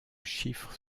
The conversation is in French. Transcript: chiffre